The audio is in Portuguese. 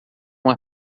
uma